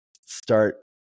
start